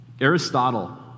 Aristotle